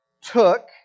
took